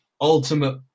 Ultimate